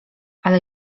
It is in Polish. ale